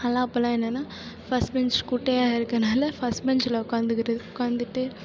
அதலாம் அப்போல்லாம் என்னென்னால் ஃபர்ஸ்ட் பெஞ்ச் குட்டையாக இருக்கறனால ஃபர்ஸ்ட் பெஞ்சில் உக்காந்துக்கிட்டு உக்காந்துட்டு